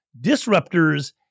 disruptors